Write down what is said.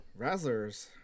Razzlers